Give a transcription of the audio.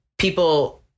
people